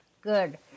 good